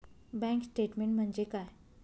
Bank statement म्हणजे काय?